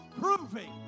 proving